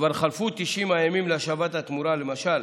כבר חלפו 90 הימים להשבת התמורה, למשל